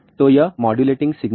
तो यह modulating signal है